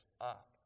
up